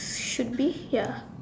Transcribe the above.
should be ya